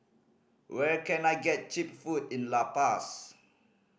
where can I get cheap food in La Paz